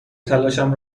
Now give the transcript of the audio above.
تلاشم